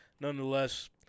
Nonetheless